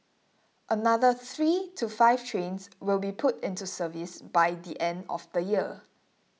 another three to five trains will be put into service by the end of the year